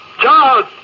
Charles